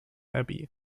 abbey